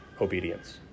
obedience